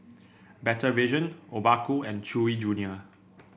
Better Vision Obaku and Chewy Junior